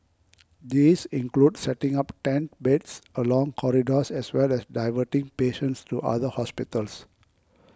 these include setting up tent beds along corridors as well as diverting patients to other hospitals